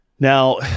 Now